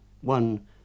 One